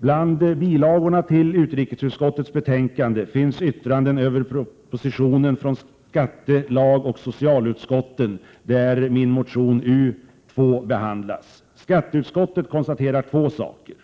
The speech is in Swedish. Bland bilagorna till utrikesutskottets betänkande finns yttranden över propositionen från skatte-, lagoch socialutskotten där min motion U2 behandlas. Skatteutskottet konstaterar två saker.